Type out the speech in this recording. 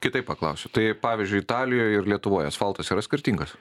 kitaip paklausiu tai pavyzdžiui italijoj ir lietuvoj asfaltas yra skirtingas